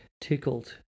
tickled